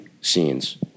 scenes